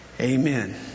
amen